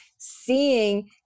Seeing